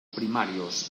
primarios